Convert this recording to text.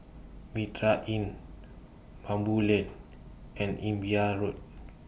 Mitraa Inn Baboo Lane and Imbiah Road